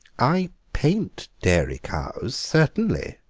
i paint dairy cows, certainly,